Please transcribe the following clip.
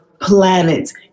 planets